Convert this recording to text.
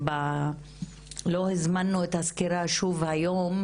לא הזמנו את הסקירה שוב היום,